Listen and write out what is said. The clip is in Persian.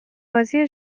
بازی